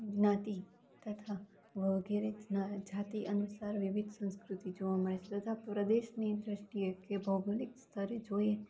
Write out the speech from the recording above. જ્ઞાતિ તથા વગેરે જાતિ અનુસાર વિવિધ સંસ્કૃતિ જોવા મળે છે તથા પ્ર દેશની દૃષ્ટિએ કે ભૌગોલિક સ્તરે જોઈએ તો